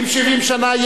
אם 70 שנה,